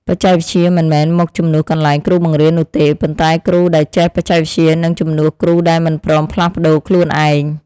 បច្ចេកវិទ្យាមិនមែនមកជំនួសកន្លែងគ្រូបង្រៀននោះទេប៉ុន្តែគ្រូដែលចេះបច្ចេកវិទ្យានឹងជំនួសគ្រូដែលមិនព្រមផ្លាស់ប្តូរខ្លួនឯង។